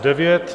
9.